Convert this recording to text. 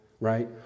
right